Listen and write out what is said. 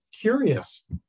curious